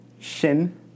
Shin